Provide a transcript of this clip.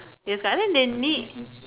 is either they need